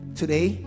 today